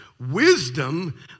wisdom